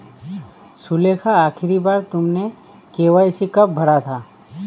सुलेखा, आखिरी बार तुमने के.वाई.सी कब भरा था?